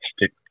stick